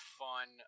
fun